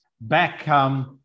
Back